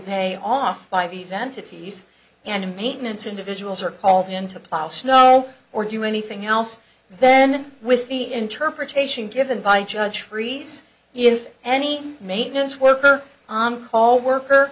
day off by these entities and maintenance individuals are called in to plow snow or do anything else then with the interpretation given by judge freeze if any maintenance worker on call work